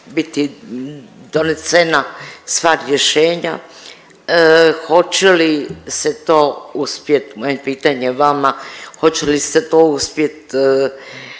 biti donesena sva rješenja. Hoće li se to uspeti, moje pitanje vama, hoće li to uspjeti